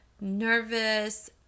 nervous